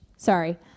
Sorry